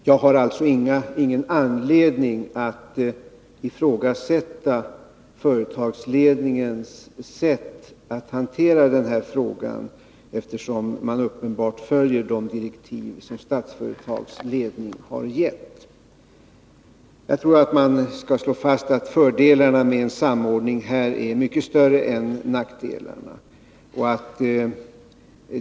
Jag har alltså ingen anledning att ifrågasätta företagsledningens sätt att hantera den här frågan, eftersom man uppenbarligen följer de direktiv som Statsföretags ledning har gett. Jag tror att man skall slå fast att fördelarna med en samordning här är mycket större än nackdelarna.